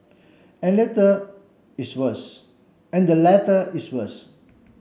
and latter is worse and the latter is worse